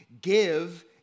give